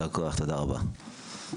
תודה רבה.